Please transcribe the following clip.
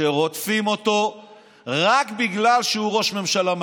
שרודפים אותו רק בגלל שהוא ראש ממשלה מהימין,